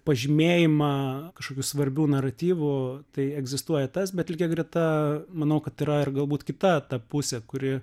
pažymėjimą kažkokių svarbių naratyvų tai egzistuoja tas bet lygia greta manau kad yra ir galbūt kita ta pusė kuri